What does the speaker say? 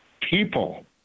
people